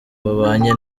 babanye